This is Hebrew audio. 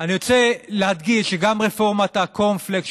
ואני רוצה להדגיש שגם רפורמת הקורנפלקס,